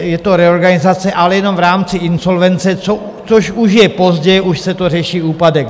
Je to reorganizace, ale jenom v rámci insolvence, což už je pozdě, už se řeší úpadek.